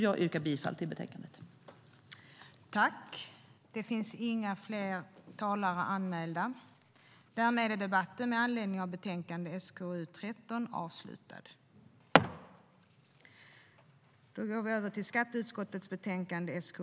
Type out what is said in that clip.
Jag yrkar bifall till utskottets förslag.